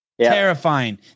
Terrifying